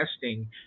testing